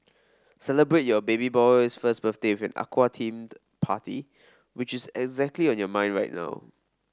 celebrate your baby boy's first birthday with aqua themed party which is exactly on your mind right now